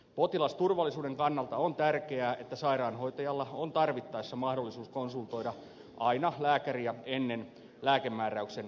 potilasturvallisuuden kannalta on tärkeää että sairaanhoitajalla on tarvittaessa mahdollisuus konsultoida aina lääkäriä ennen lääkemääräyksen antamista